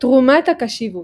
תרומת הקשיבות